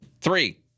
three